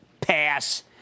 Pass